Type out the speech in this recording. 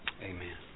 Amen